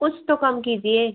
कुछ तो कम कीजिए